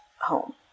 home